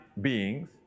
beings